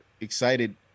Excited